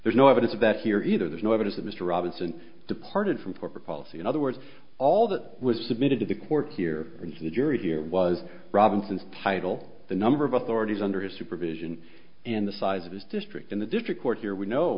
there's no evidence of that here either there's no evidence that mr robinson departed from corporate policy in other words all that was submitted to the court here and for the jury here was robinson's title the number of authorities under his supervision in the size of this district in the district court here we know